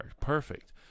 perfect